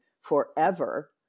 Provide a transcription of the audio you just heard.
forever